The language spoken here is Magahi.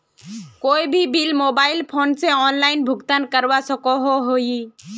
कोई भी बिल मोबाईल फोन से ऑनलाइन भुगतान करवा सकोहो ही?